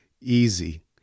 easy